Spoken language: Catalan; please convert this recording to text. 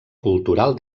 cultural